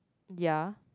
ya